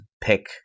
Pick